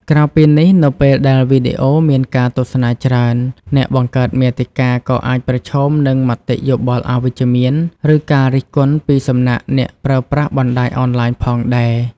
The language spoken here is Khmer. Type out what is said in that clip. ក្រៅពីនេះ នៅពេលដែលវីដេអូមានការទស្សនាច្រើន អ្នកបង្កើតមាតិកាក៏អាចប្រឈមនឹងមតិយោបល់អវិជ្ជមាន ឬការរិះគន់ពីសំណាក់អ្នកប្រើប្រាស់បណ្ដាញអនឡាញផងដែរ។